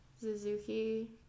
Suzuki